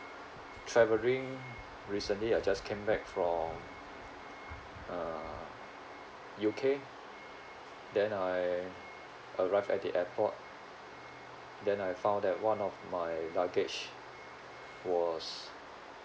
travelling recently I just came back from uh U_K then I arrived at the airport then I found that one of my luggage was